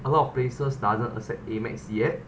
a lot of places doesn't accept amex yet